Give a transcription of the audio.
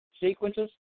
sequences